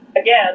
again